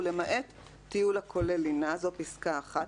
ולמעט טיול הכולל לינה" זו פסקה אחת.